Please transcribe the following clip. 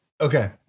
Okay